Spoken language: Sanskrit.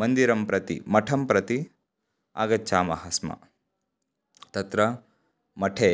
मन्दिरं प्रति मठं प्रति आगच्छामः स्म तत्र मठे